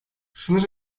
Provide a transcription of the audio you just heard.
sınır